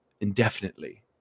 indefinitely